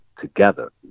together